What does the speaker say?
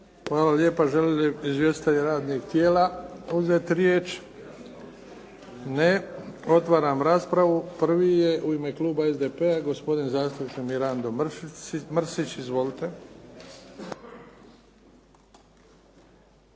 Hvala lijepa. Žele li izvjestitelji radnih tijela uzeti riječ? Ne. Otvaram raspravu. Prvi je u ime kluba SDP-a, gospodin zastupnik Mirando Mrsić. Izvolite.